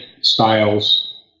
styles